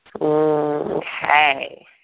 Okay